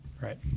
Right